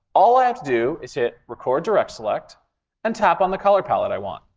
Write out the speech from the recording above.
all i have to do is hit record direct select and tap on the color palette i want.